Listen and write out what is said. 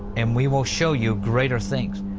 and we will show you greater things.